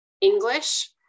English